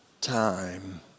time